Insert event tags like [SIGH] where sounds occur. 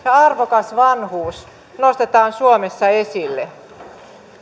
[UNINTELLIGIBLE] ja arvokas vanhuus nostetaan suomessa esille